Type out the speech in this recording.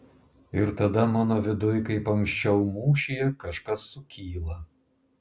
ir tada mano viduj kaip anksčiau mūšyje kažkas sukyla